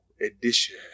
edition